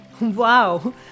Wow